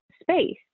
space